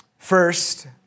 First